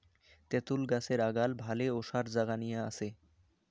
তেতুল গছের আগাল ভালে ওসার জাগা নিয়া আছে